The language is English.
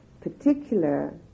particular